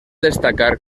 destacar